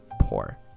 poor